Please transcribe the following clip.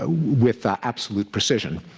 ah with ah absolute precision.